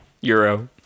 euro